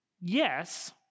Yes